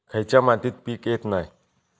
खयच्या मातीत पीक येत नाय?